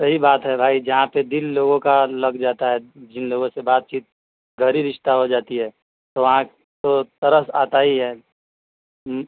صحیح بات ہے بھائی جہاں پہ دن لوگوں کا لگ جاتا ہے جن لوگوں سے بات چیت گڑ ہی رشتہ ہو جاتی ہے تو وہاں تو طرف آتا ہی ہے